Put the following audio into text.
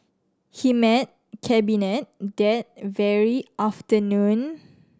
he met Cabinet that very afternoon